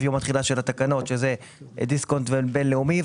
יום התחילה של התקנות שזה דיסקונט והבינלאומי,